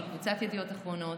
של קבוצת ידיעות אחרונות,